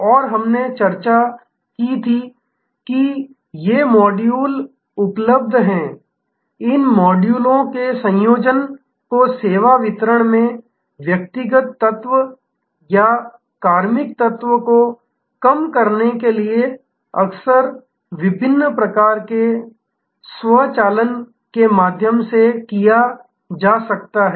और हमने चर्चा की थी कि ये मॉड्यूल उपलब्ध हैं इन मॉड्यूलों के संयोजन को सेवा वितरण में व्यक्तिगत तत्व या कार्मिक तत्व को कम करने के लिए अक्सर विभिन्न प्रकार के स्वचालन के माध्यम से किया जा सकता है